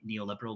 neoliberal